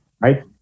right